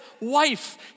wife